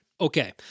Okay